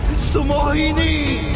sammohini.